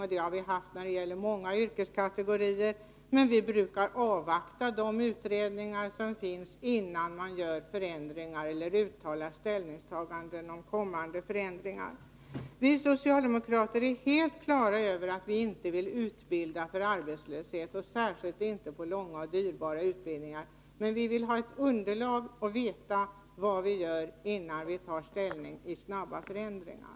Det har förekommit sådana propåer för många yrkeskategorier, men vi brukar avvakta de utredningar som pågår, innan vi gör förändringar eller uttala oss om kommande förändringar. Vi socialdemokrater är helt på det klara med att vi inte vill utbilda för arbetslöshet, särskilt inte på långa och dyrbara utbildningar. Men vi vill ha ett underlag och veta vad vi gör, innan vi tar ställning till snabba förändringar.